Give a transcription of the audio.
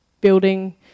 building